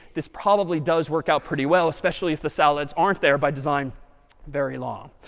this probably does work out pretty well, especially if the salads aren't there by design very long.